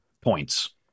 points